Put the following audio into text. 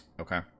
Okay